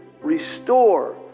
restore